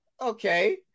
Okay